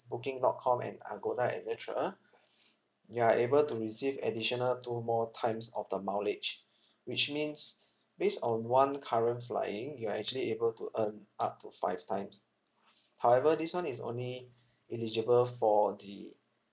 booking dot com and agoda et cetera you're able to receive additional two more times of the mileage which means based on one current flying you're actually able to earn up to five times however this one is only eligible for the